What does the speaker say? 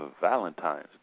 Valentine's